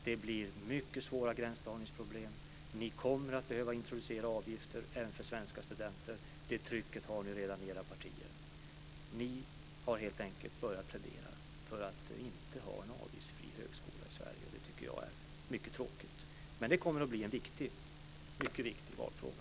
Det blir mycket svåra gränsdragningsproblem. Ni kommer att behöva introducera avgifter även för svenska studenter. Det trycket har ni redan i era partier. Ni har helt enkelt börjat plädera för att inte ha en avgiftsfri högskola i Sverige, och det tycker jag är mycket tråkigt. Men det kommer att bli en mycket viktig valfråga.